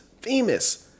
Famous